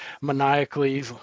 maniacally